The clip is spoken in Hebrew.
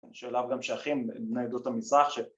שאליו גם שייכים, עדות בני המזרח